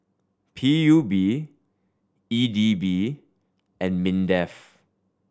P U B E D B and MINDEF